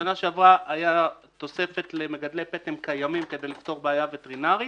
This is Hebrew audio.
בשנה שעברה היתה תוספת למגדלי פטם קיימים כדי לפתור בעיה וטרינרית.